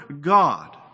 God